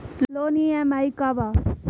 Loan EMI का बा?